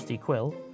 Quill